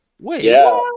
Wait